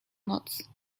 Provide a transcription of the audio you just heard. noc